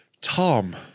Tom